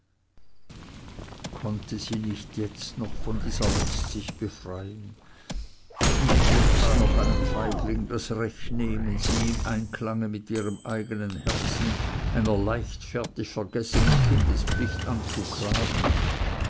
konnte sie nicht jetzt noch von dieser last sich befreien nicht jetzt noch einem feigling das recht nehmen sie im einklange mit ihrem eigenen herzen einer leichtfertig vergessenen kindespflicht anzuklagen